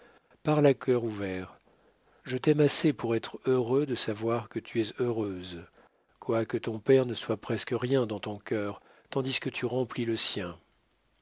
parle à cœur ouvert je t'aime assez pour être heureux de savoir que tu es heureuse quoique ton père ne soit presque rien dans ton cœur tandis que tu remplis le sien